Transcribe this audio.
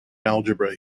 algebra